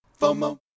FOMO